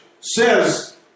says